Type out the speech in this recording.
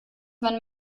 wenn